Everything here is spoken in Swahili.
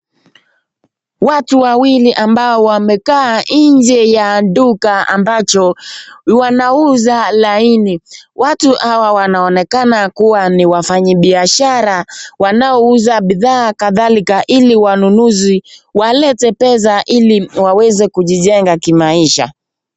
Watu wawili ambao wamekaa njee ya duka ambacho wanauza laini , watu hawa wanaonekana kuwa ni wafanyi biashara wanao uzaa bidhaa kadhalika hili wanunuzi walete pesa hili waweze kujichenga kimaisha.